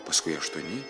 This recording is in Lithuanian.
paskui aštuoni